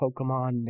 Pokemon